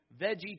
Veggie